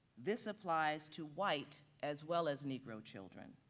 this applies to white as well as negro children.